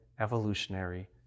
evolutionary